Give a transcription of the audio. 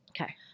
Okay